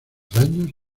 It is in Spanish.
daños